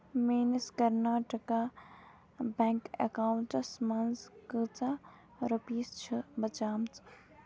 میٲنِس Karnataka bank accounts منٛز کۭژاہ رۄپیہِ چھِ بچیمٕژ؟